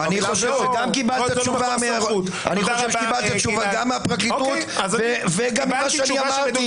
--- אני חושב שקיבלת תשובה גם מהפרקליטות וגם ממה שאני אמרתי,